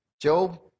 Job